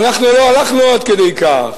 אנחנו לא הלכנו עד כדי כך,